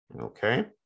okay